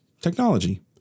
technology